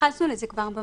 התייחסנו לזה כבר.